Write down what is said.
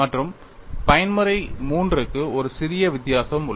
மற்றும் பயன்முறை III க்கு ஒரு சிறிய வித்தியாசம் உள்ளது